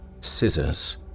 scissors